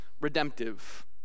redemptive